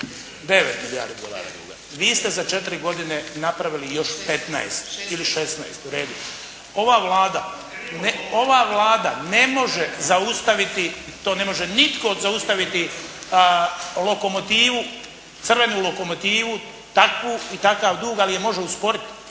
milijardi dolara duga. Vi ste za četiri godine napravili još petnaest… …/Upadica: Šesnaest./… Ili šesnaest. U redu. Ova Vlada ne može zaustaviti, to ne može nitko zaustaviti lokomotivu, crvenu lokomotivu takvu i takav dug, ali je može usporit.